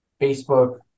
Facebook